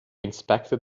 inspected